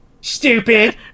Stupid